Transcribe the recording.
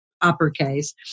uppercase